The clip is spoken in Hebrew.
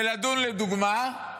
ולדון, לדוגמה,